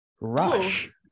Rush